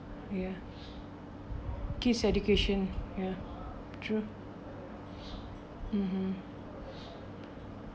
ya kid's education ya true (uh huh)